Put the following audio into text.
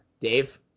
Dave